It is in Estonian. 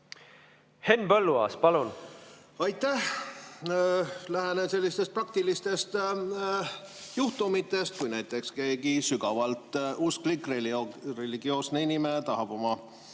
Henn Põlluaas, palun! Aitäh! Lähtun senistest praktilistest juhtumitest. Kui näiteks keegi sügavalt usklik, religioosne inimene tahab oma